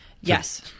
Yes